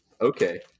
Okay